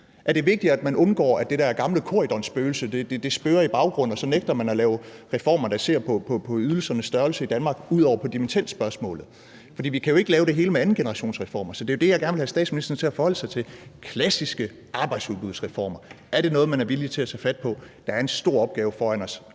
Er det vigtigere, at man undgår, at det gamle Corydonspøgelse spøger i baggrunden, og så nægter man at lave reformer, der ser på ydelsernes størrelse i Danmark ud over på dimittendspørgsmålet? Vi kan jo ikke lave det hele med andengenerationsreformer, så det er det, jeg gerne vil have statsministeren til at forholde sig til: Er klassiske arbejdsudbudsreformer noget, man er villig til at tage fat på? Der er en stor opgave foran os,